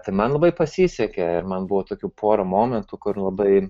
tai man labai pasisekė ir man buvo tokių porą momentų kur labai